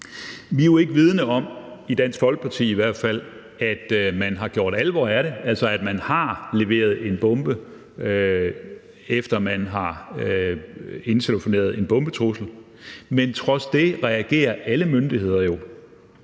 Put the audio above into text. Vi er jo ikke vidende om – i hvert fald i Dansk Folkeparti – at man har gjort alvor af det, altså at man har leveret en bombe, efter man har indtelefoneret en bombetrussel, men trods det reagerer alle myndigheder jo